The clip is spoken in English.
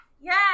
yes